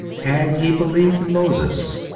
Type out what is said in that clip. had ye believed moses,